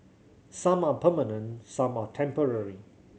some are permanent some are temporary